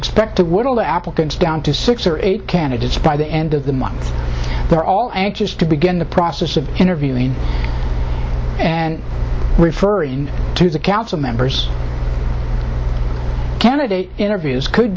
expect to whittle the applicants down to six or eight candidates by the end of the month they're all anxious to begin the process of interviewing and referring to the council members candidate interviews could